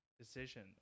decision